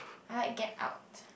I like Get Out